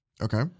Okay